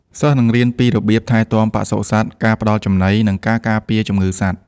សិស្សនឹងរៀនពីរបៀបថែទាំបសុសត្វ ការផ្តល់ចំណី និងការការពារជំងឺសត្វ។